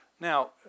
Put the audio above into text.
Now